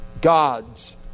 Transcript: gods